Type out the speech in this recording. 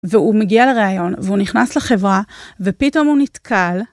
והוא מגיע לראיון והוא נכנס לחברה, ופתאום הוא נתקל.